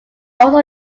also